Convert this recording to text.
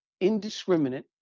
indiscriminate